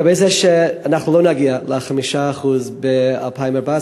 לגבי זה שלא נגיע ל-5% ב-2014,